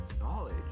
knowledge